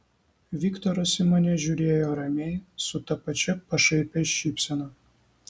viktoras į mane žiūrėjo ramiai su ta pačia pašaipia šypsena